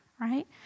right